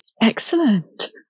Excellent